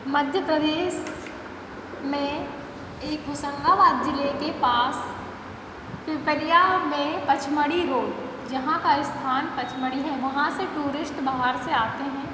मध्य प्रदेश में एक होशंगाबाद ज़िले के पास पिपरिया में पचमढ़ी रोड जहाँ का स्थान पचमढ़ी है वहाँ से टूरिस्ट बाहर से आते हैं